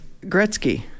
Gretzky